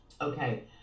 Okay